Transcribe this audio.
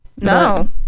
No